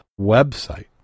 website